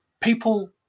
people